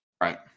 Right